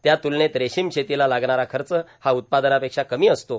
त्या तुलनेत रेशीम शेतीला लागणारा खच हा उत्पादनापेक्षा कमी असतो